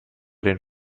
den